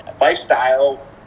lifestyle